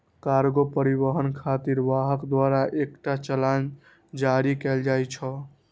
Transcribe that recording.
cargo परिवहन खातिर वाहक द्वारा एकटा चालान जारी कैल जाइ छै